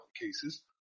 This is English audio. cases